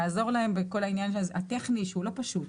לעזור להם בכל העניין הטכני שהוא לא פשוט.